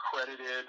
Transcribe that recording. accredited